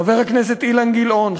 חבר הכנסת אילן גילאון,